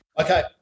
Okay